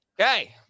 Okay